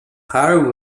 potter